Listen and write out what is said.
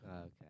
Okay